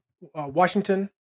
Washington